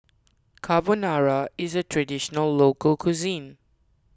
Carbonara is a Traditional Local Cuisine